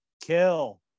kill